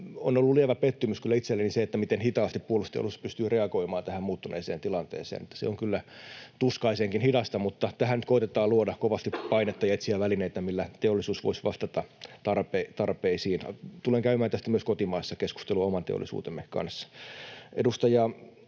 On ollut lievä pettymys kyllä itselleni se, miten hitaasti puolustusteollisuus on pystynyt reagoimaan tähän muuttuneeseen tilanteeseen. Se on kyllä tuskaisenkin hidasta, mutta tähän nyt koetetaan luoda kovasti painetta ja etsiä välineitä, millä teollisuus voisi vastata tarpeisiin. Tulen käymään tästä myös kotimaassa keskustelua oman teollisuutemme kanssa.